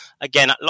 again